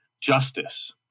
justice